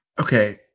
Okay